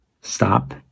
Stop